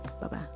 Bye-bye